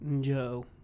Joe